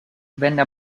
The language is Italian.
venne